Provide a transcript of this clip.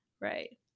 right